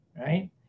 Right